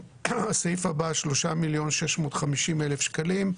הסעיף הבא, 3.650 מיליון שקלים,